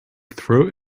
throat